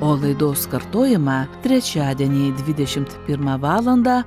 o laidos kartojimą trečiadienį dvidešim pirmą valandą